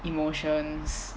emotions